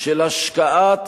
של השקעת